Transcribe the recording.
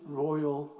royal